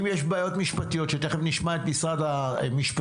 אם יש בעיות משפטיות שתיכף נשמע את משרד המשפטים,